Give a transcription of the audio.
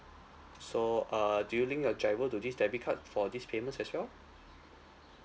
so err do you link your GIRO to this debit card for these payments as well